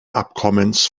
abkommens